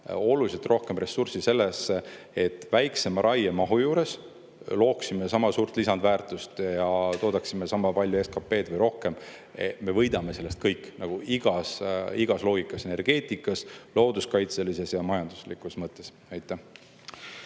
oluliselt rohkem ressurssi sellesse, et väiksema raiemahu juures looksime sama suurt lisandväärtust ja toodaksime sama palju SKP-d või rohkem. Me võidame sellest kõik igas loogikas – energeetikas, looduskaitselises ja majanduslikus mõttes. Suur